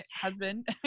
husband